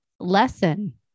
Lesson